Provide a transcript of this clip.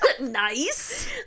nice